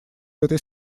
этой